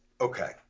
Okay